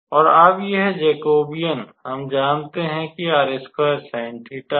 और अब यह जैकोबियन हम जानते हैं कि है